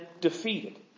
defeated